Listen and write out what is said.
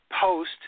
post